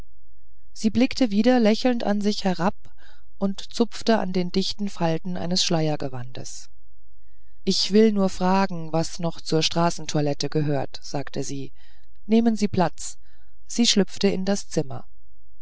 sie blickte wieder lächelnd an sich herab und zupfte an den dichten falten des schleiergewandes ich will nur fragen was noch zur straßentoilette gehört sagte sie nehmen sie platz sie schlüpfte in das zimmer